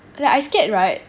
ya I scared [right]